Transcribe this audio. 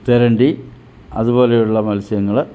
തെരണ്ടി അതുപോലെയുള്ള മത്സ്യങ്ങൾ